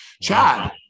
Chad